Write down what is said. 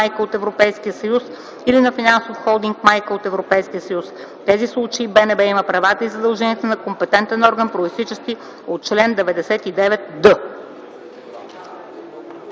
майка от Европейския съюз или на финансов холдинг майка от Европейския съюз. В тези случаи БНБ има правата и задълженията на компетентен орган, произтичащи от чл. 92д.”